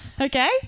Okay